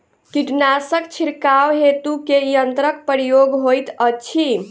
कीटनासक छिड़काव हेतु केँ यंत्रक प्रयोग होइत अछि?